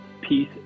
peace